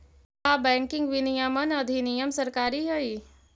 का बैंकिंग विनियमन अधिनियम सरकारी हई?